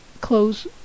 close